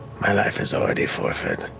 my life is already forfeit.